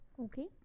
Okay